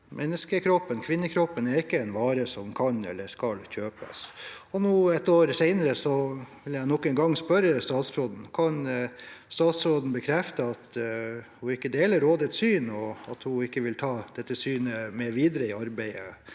Menneskekroppen, kvinnekroppen, er ikke en vare som kan eller skal kjøpes. Nå, et år senere, vil jeg nok en gang spørre statsråden: Kan statsråden bekrefte at hun ikke deler rådets syn, og at hun ikke vil ta dette synet med videre i arbeidet